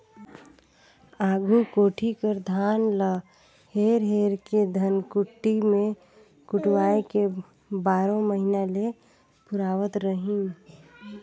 आघु कोठी कर धान ल हेर हेर के धनकुट्टी मे कुटवाए के बारो महिना ले पुरावत रहिन